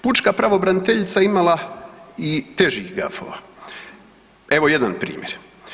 Pučka pravobraniteljica je imala i težih gafova, evo jedan primjer.